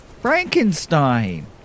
Frankenstein